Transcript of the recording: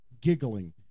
giggling